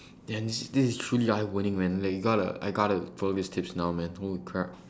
damn th~ this is truly eye opening man like you gotta I gotta follow these tips now man holy crap